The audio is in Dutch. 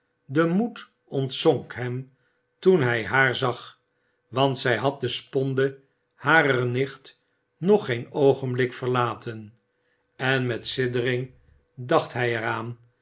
de moed ontzonk hem toen hij haar zag want zij had de sponde harer nicht nog geen oogenblik verlaten en met siddering dacht hij er